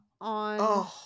on